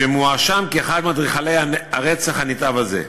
שמואשם כאחד מאדריכלי הרצח הנתעב הזה,